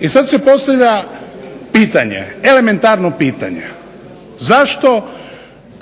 I sada se postavlja elementarno pitanje, zašto